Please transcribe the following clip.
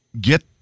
get